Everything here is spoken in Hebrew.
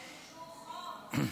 על איזשהו חוק שמונע התעללות.